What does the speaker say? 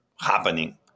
happening